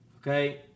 Okay